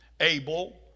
Abel